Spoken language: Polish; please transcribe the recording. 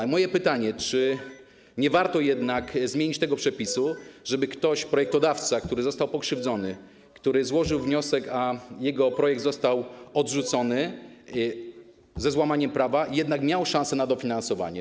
I moje pytanie: Czy nie warto jednak zmienić tego przepisu, żeby ktoś, projektodawca, który został pokrzywdzony, który złożył wniosek, a jego projekt został odrzucony ze złamaniem prawa, jednak miał szansę na dofinansowanie?